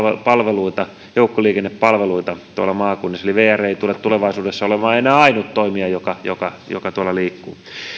joukkoliikennepalveluita tuolla maakunnissa eli vr ei tule tulevaisuudessa olemaan enää ainut toimija joka joka tuolla liikkuu